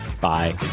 Bye